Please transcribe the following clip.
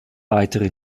weitere